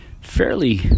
fairly